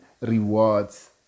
rewards